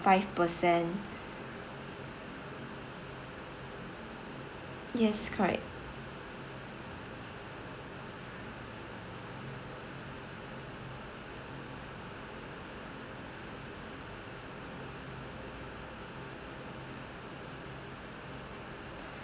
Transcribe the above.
five percent yes correct